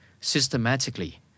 systematically